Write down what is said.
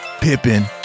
Pippen